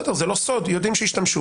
בסדר, זה לא סוד, יודעים שהשתמשו.